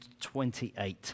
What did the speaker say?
28